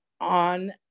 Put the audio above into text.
on